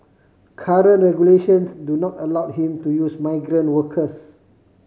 current regulations do not allow him to use migrant workers